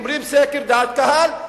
אומרים: סקר דעת קהל,